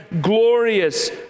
glorious